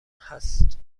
هست